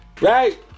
right